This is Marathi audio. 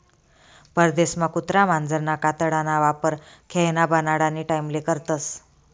परदेसमा कुत्रा मांजरना कातडाना वापर खेयना बनाडानी टाईमले करतस